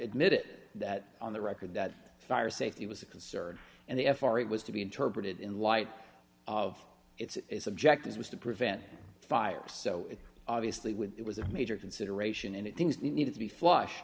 admitted that on the record that fire safety was a concern and the f r a was to be interpreted in light of its objectives was to prevent fires so obviously when it was a major consideration and things needed to be flush